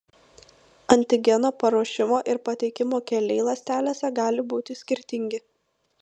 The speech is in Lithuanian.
antigeno paruošimo ir pateikimo keliai ląstelėse gali būti skirtingi